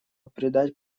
придать